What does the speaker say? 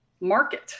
market